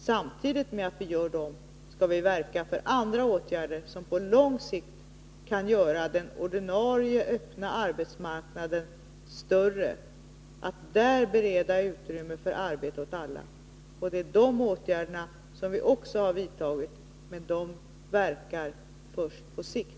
Samtidigt med att vi gör dessa insatser skall vi verka för andra åtgärder som på lång sikt kan göra den ordinarie öppna arbetsmarknaden större genom att där bereda utrymme för arbete åt alla. Sådana åtgärder har vi också vidtagit, men de verkar först på sikt.